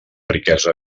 riquesa